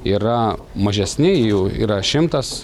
yra mažesni jų yra šimtas